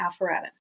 Alpharetta